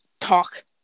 talk